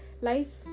life